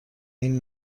این